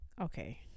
Okay